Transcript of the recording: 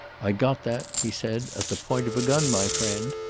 i got that, he said, at the point of a gun, my friend.